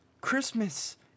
Christmas